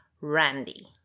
Randy